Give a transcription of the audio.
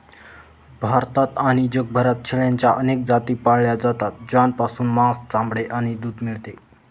भारतात आणि जगभरात शेळ्यांच्या अनेक जाती पाळल्या जातात, ज्यापासून मांस, चामडे आणि दूध मिळते